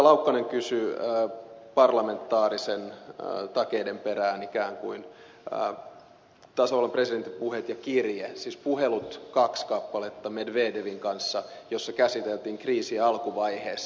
laukkanen kysyi ikään kuin parlamentaaristen takeiden perään mainiten tasavallan presidentin puhelut ja kirjeen siis kaksi puhelua medvedevin kanssa joissa käsiteltiin kriisiä alkuvaiheessa